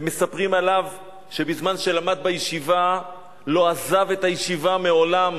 ומספרים עליו שבזמן שלמד בישיבה לא עזב את הישיבה מעולם,